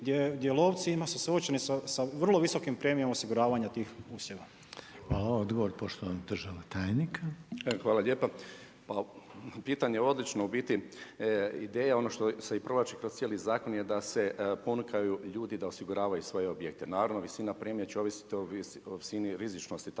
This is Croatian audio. gdje lovci su suočeni sa vrlo visokim premijama osiguravanja tih usjeva. **Reiner, Željko (HDZ)** Hvala. Odgovor poštovanog državnog tajnika. **Zrinušić, Zdravko** Hvala lijepo. Pitanje je odlično, u biti, ideja i ono što se provlači kroz cijeli zakon, da se ponukaju ljudi da osiguravaju svoje objekte. Naravno visina premije će ovisiti o visini rizičnosti